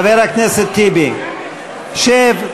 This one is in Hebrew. שב,